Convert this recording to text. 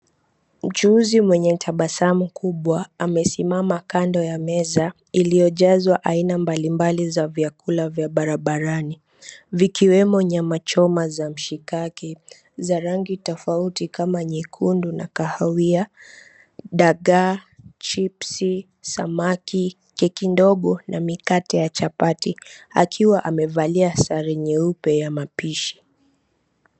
Mchuuzi mwenye tabasamu kubwa amesimama kando ya meza iliyojazwa aina mbalimbali za vyakula vya barabarani vikiwemo nyama choma za mshikaki za rangi tofauti kama nyekundu na kahawia, dagaa, chipsi, samaki, keki ndogo na mikate ya chapati akiwa amevalia sare nyeupe ya mapishi.